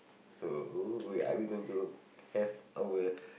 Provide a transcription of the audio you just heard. so we are we going to have our